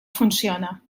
funciona